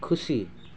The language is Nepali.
खुसी